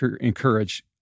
encourage